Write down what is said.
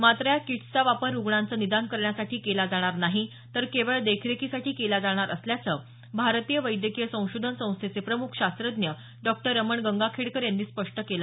मात्र या किट्सचा वापर रुग्णांचं निदान करण्यासाठी केला जाणार नाही तर केवळ देखरेखीसाठी केला जाणार असल्याचं भारतीय वैद्यकीय संशोधन संस्थेचे प्रमुख शास्त्रज्ञ डॉक्टर रमण गंगाखेडकर यांनी स्पष्ट केलं